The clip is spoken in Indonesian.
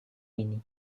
ini